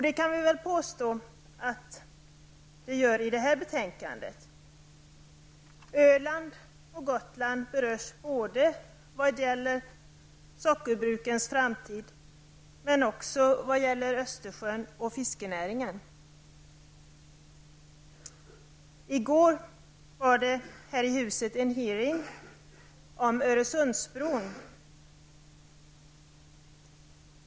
Det kan vi väl påstå att det gör i detta betänkande. Öland och Gotland berörs både vad gäller sockerbrukens framtid men också vad gäller I går var det här i huset en hearing om Öresundsbron.